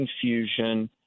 confusion